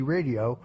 Radio